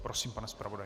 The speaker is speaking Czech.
Prosím, pane zpravodaji.